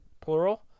plural